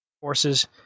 Forces